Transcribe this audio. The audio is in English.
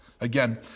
Again